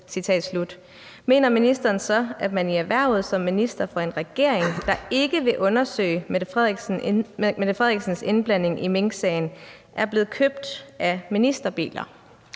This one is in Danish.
mener ministeren så, at man i erhvervet som minister for en regering, der ikke vil undersøge Mette Frederiksens indblanding i minksagen, er blevet »købt« af ministerbiler?